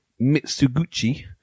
Mitsuguchi